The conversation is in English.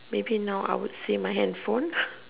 maybe now I would say my hand phone